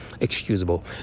excusable